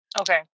Okay